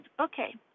Okay